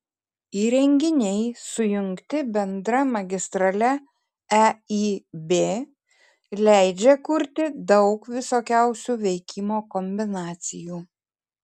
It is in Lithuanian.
įrenginiai sujungti bendra magistrale eib leidžia kurti daug visokiausių veikimo kombinacijų